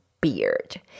beard